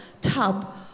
tub